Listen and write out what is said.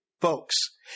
folks